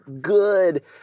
good